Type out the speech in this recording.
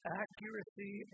accuracy